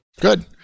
Good